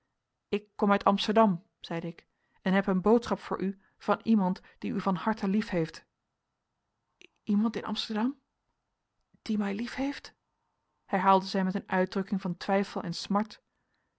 ik kom uit amsterdam zeide ik en heb een boodschap voor u van iemand die u van harte liefheeft iemand in amsterdam die mij liefheeft herhaalde zij met een uitdrukking van twijfel en smart